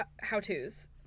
how-tos